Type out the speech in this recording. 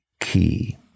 key